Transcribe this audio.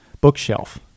bookshelf